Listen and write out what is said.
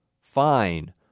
Fine